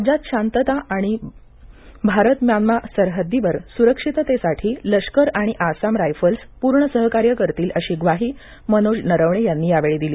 राज्यात शांतता आणि भारत म्यान्मा सरहद्दीवर सुरक्षिततेसाठी लष्कर आणि आसाम रायफल्स पूर्ण सहकार्य करतील अशी ग्वाही जनरल मनोज नरवणे यांनी यावेळी दिली